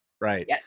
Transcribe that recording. right